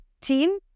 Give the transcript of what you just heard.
team